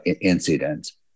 incidents